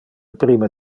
primo